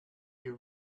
you